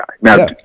Now